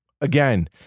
again